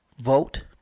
vote